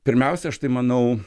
pirmiausia aš tai manau